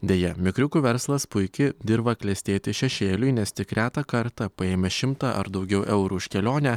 deja mikriukų verslas puiki dirva klestėti šešėliui nes tik retą kartą paėmęs šimtą ar daugiau eurų už kelionę